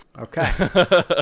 Okay